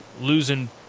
losing